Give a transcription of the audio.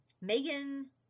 Megan